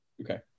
Okay